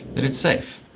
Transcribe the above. that it's safe,